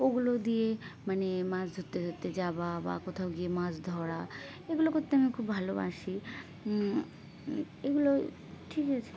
ওগুলো দিয়ে মানে মাছ ধরতে ধরতে যাওয়া বা কোথাও গিয়ে মাছ ধরা এগুলো করতে আমি খুব ভালোবাসি এগুলো ঠিক আছে